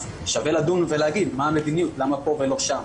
אז שווה לדון ולהגיד מה המדיניות למה פה ולא שם,